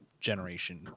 generation